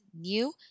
new